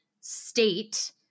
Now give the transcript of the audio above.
state